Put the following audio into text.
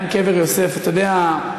לעניין קבר יוסף, אתה יודע,